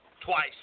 twice